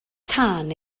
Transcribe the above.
tân